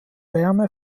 wärme